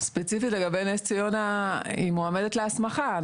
ספציפית לגבי נס ציונה, היא מועמדת להסמכה.